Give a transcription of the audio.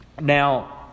Now